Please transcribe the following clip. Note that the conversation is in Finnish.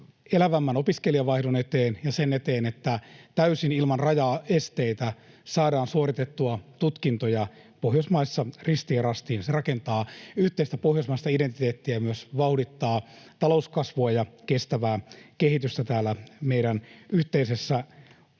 elävämmän opiskelijavaihdon eteen ja sen eteen, että täysin ilman rajaesteitä saadaan suoritettua tutkintoja Pohjoismaissa ristiin rastiin. Se rakentaa yhteistä pohjoismaista identiteettiä ja myös vauhdittaa talouskasvua ja kestävää kehitystä täällä meidän yhteisessä